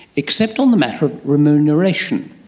except on the matter of remuneration,